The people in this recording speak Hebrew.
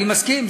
אני מסכים.